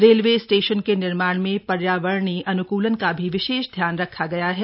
railway station के निर्माण में पर्यावरणीय अन्कूलन का भी विशेष ध्यान रखा गया है